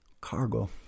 Cargo